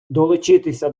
долучитися